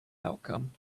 outcome